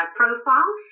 profile